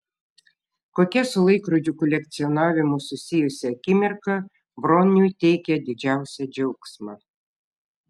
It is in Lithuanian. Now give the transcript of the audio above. kokia su laikrodžių kolekcionavimu susijusi akimirka broniui teikia didžiausią džiaugsmą